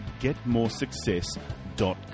getmoresuccess.com